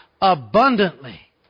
abundantly